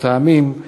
מאילו טעמים.